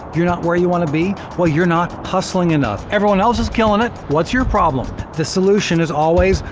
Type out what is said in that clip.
you're not where you wanna be? well you're not hustling enough. everyone else is killing it, what's your problem? the solution is always,